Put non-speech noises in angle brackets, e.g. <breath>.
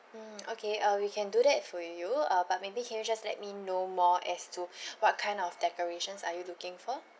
mm okay uh we can do that for you uh but maybe can you just let me know more as to <breath> what kind of decorations are you looking for